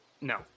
No